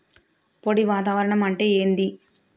పొడి వాతావరణం అంటే ఏంది?